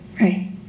Right